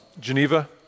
Geneva